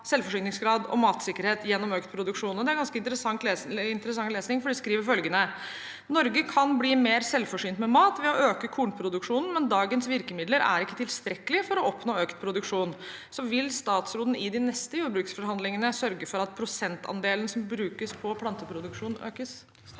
selvforsyningsgraden og matsikkerheten gjennom økt produksjon. Det er ganske interessant lesning, for de skriver følgende: «Norge kan bli mer selvforsynt med mat ved å øke kornproduksjonen, men dagens virkemidler er ikke tilstrekkelige for å oppnå økt produksjon.» Vil statsråden i de neste jordbruksforhandlingene sørge for at prosentandelen som brukes på planteproduksjon, økes?